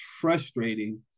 frustrating